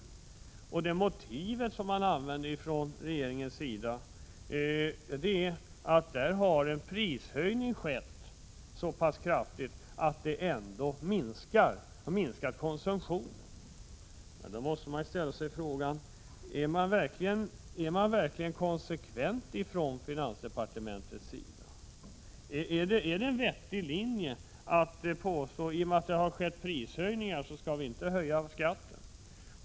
Regeringens motiv är att det har skett en så kraftig prishöjning att konsumtionen ändå har minskat. Jag måste fråga om finansdepartementet verkligen är konsekvent. Är det vettigt att inte föreslå en höjning av skatten därför att det har skett prishöjningar?